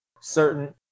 certain